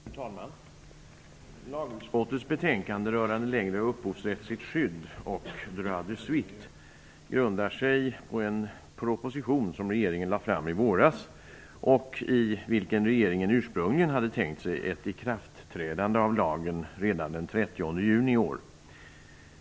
Fru talman! Lagutskottets betänkande rörande längre upphovsrättsligt skydd och droit de suite grundar sig på en proposition som regeringen lade fram i våras och i vilken regeringen ursprungligen hade tänkt sig ett ikraftträdande av lagen redan den 30 juni i år.